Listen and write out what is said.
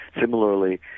Similarly